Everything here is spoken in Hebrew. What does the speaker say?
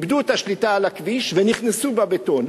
הן איבדו את השליטה על הכביש ונכנסו בבטון.